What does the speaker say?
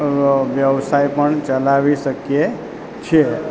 વ્યવસાય પણ ચલાવી શકીએ છે